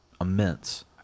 immense